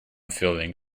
feeling